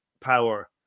power